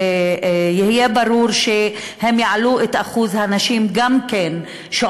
יהיה ברור שהן יעלו את אחוז הנשים שעוברות